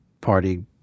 Party